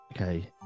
Okay